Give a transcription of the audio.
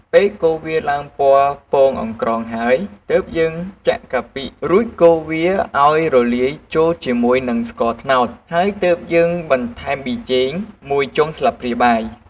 ពេលកូរវាឡើងពណ៌ពងអង្ក្រងហើយ ទើបយើងចាក់កាពិរួចកូរវាឱ្យរលាយចូលជាមួយនិងស្ករត្នោត ហើយទើបយើងបន្ថែមប៊ីចេងមួយចុងស្លាបព្រាបាយ។